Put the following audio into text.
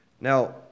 Now